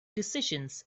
decisions